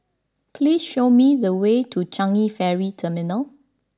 please show me the way to Changi Ferry Terminal